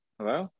hello